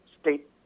state